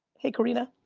hey, karena.